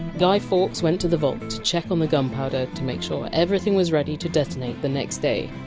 guy fawkes went to the vault to check on the gunpowder, to make sure everything was ready to detonate the next day.